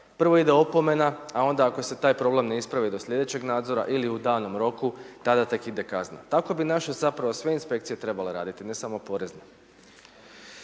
prvo ide opomena a onda ako se taj problem ne ispravi do slijedećeg nadzora ili u danom roku, tada tek ide kazna. Tako bi zapravo sve inspekcije trebale raditi ne samo porezne.